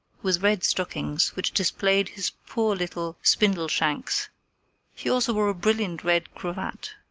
with red stockings, which displayed his poor little spindle-shanks he also wore a brilliant red cravat.